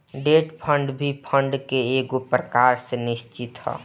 debt fund भी fund के एगो प्रकार निश्चित